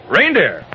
Reindeer